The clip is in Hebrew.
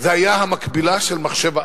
זה היה המקבילה של מחשב-העל.